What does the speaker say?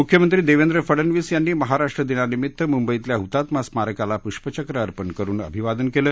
मुख्यमंत्री देवेंद्र फडनवीस यांनी महाराष्ट्र दिनानिमित्त मुंबईतल्या हुतात्मा स्मारकाला पुष्पचक्र अर्पण करुन अभिवादन केलं